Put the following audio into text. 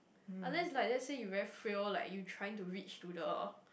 unless like let's say you very frail like you trying to reach to the